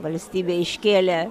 valstybė iškėlė